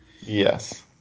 Yes